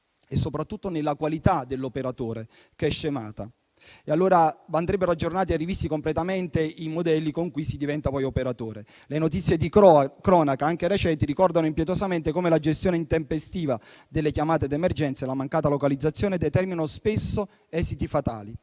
e soprattutto che la qualità degli operatori è scemata, è evidente che andrebbero aggiornati e rivisti completamente i modelli con cui si diventa operatore. Le notizie di cronaca, anche recenti, ricordano impietosamente come la gestione intempestiva delle chiamate d'emergenza e la mancata localizzazione determinano spesso esiti fatali.